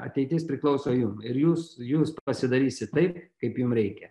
ateitis priklauso jum ir jūs jūs pasidarysit taip kaip jum reikia